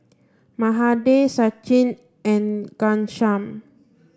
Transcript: Mahade Sachin and Ghanshyam